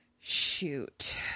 Shoot